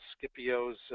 Scipio's